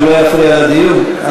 שלא יפריע לדיון?